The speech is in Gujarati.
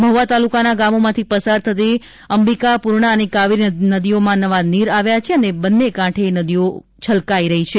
મહુવા તાલુકાના ગામોમાંથી પસાર થતી ઓલણઅંબિકાપૂર્ણા અને કાવેરી નદીઓમાં નવા નીર આવ્યા છે અને બે કાંઠે છલકાઇ રહી છે